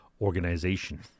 organization